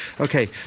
Okay